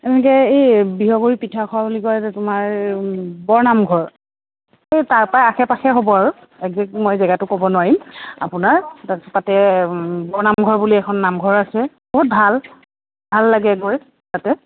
এনেকৈ এই বিহগুড়ি পিঠাখোৱা বুলি কয় যে তোমাৰ বৰনামঘৰ এই তাৰপৰা আশে পাশে হ'ব আৰু এক্সেক্ট মই জেগাটো ক'ব নোৱাৰিম আপোনাৰ তাৰপাছত তাতে বৰনামঘৰ বুলি এখন নামঘৰ আছে বহুত ভাল ভাল লাগে গৈ তাতে